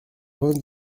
vingt